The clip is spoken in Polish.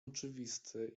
oczywiste